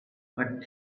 but